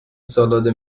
سالاد